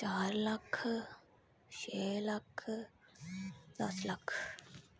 चार लक्ख छे लक्ख दस लक्ख